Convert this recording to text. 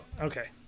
Okay